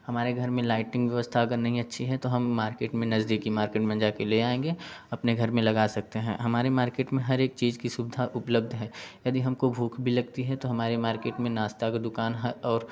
हमारे घर में लाइटिंग की व्यवस्था अगर नहीं अच्छी है तो हम मार्केट में नजदीकी मार्केट में जाके ले आएंगे अपने घर में लगा सकते हैं हम हमारे मार्केट में हर एक चीज की सुविधा उपलब्ध है यदि हमको भूख भी लगती है तो हमारे मार्केट में नाश्ता का दुकान है और